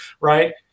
right